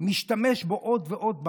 משתמש במחק עוד ועוד,